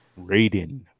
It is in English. Raiden